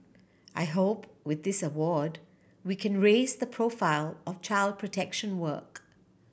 I hope with this award we can raise the profile of child protection work